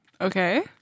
Okay